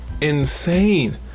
insane